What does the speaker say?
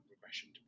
regression